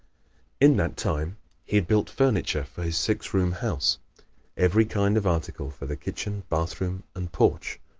in that time he had built furniture for his six-room house every kind of article for the kitchen, bathroom and porch.